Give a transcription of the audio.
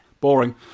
boring